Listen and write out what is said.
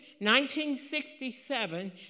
1967